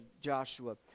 Joshua